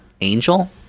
Angel